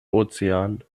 ozean